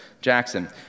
Jackson